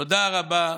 תודה רבה לכולכם.